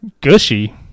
Gushy